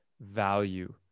value